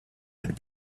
had